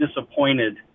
disappointed